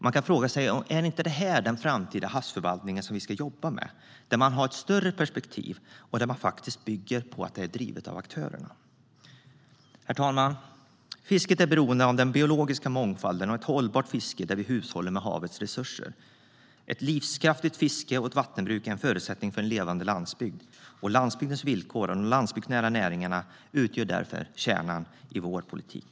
Man kan fråga sig om det inte är en sådan framtida havsförvaltning som vi ska jobba med. Det blir ett större perspektiv, och arbetet drivs av aktörerna. Herr talman! Fisket är beroende av den biologiska mångfalden och ett hållbart fiske där vi hushållar med havets resurser. Ett livskraftigt fiske och vattenbruk är en förutsättning för en levande landsbygd. Landsbygdens villkor och de landsbygdsnära näringarna utgör därför kärnan i vår politik.